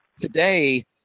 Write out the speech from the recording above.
Today